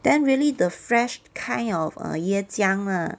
then really the fresh kind of err 椰浆 lah